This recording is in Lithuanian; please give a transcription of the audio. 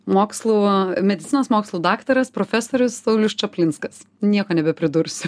mokslo medicinos mokslų daktaras profesorius saulius čaplinskas nieko nebepridursi